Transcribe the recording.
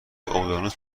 اقیانوس